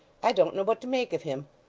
i don't know what to make of him.